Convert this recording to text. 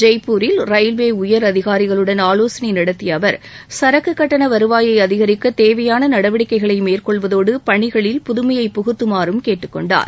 ஜெய்ப்பூரில் ரயில்வே உயர் அதிகாரிகளுடன் ஆலோசனை நடத்திய அவர் சரக்கு கட்டண வருவாயை அதிகரிக்க தேவையான நடவடிக்கைகளை மேற்கொள்வதோடு பணிகளில் புதுமையைப் புகுத்தமாறும் கேட்டுக் கொண்டார்